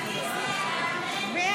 היית מתקזז עם בועז, היה